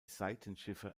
seitenschiffe